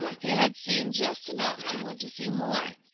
he had seen just enough to want to see more.